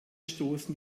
stoßen